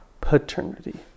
Paternity